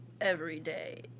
everyday